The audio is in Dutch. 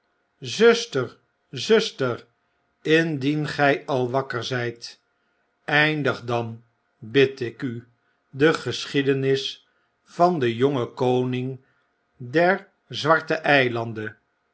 zuster zuster indien gij al wakker zy t eindig dan bid ik u de geschiedenis van den jongen koning der zwarte eilanden